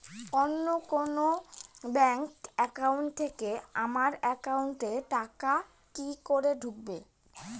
অন্য কোনো bank account থেকে আমার একাউন্ট এ টাকা কি করে ঢুকবে?